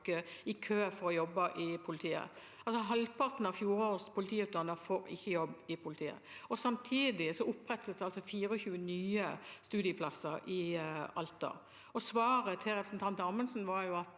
i kø for å jobbe i politiet. Halvparten av fjorårets politiutdannede får ikke jobb i politiet, og samtidig opprettes det altså 24 nye studieplasser i Alta. Svaret til representanten Amundsen var at